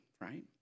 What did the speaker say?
right